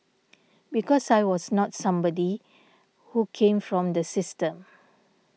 because I was not somebody who came from the system